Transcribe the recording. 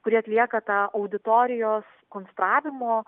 kurie atlieka tą auditorijos konstravimo